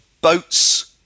boats